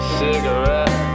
cigarette